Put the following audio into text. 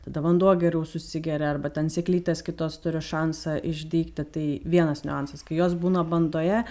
tada vanduo geriau susigeria arba ten seklytes kitos turi šansą išdygti tai vienas niuansas kai jos būna bandoje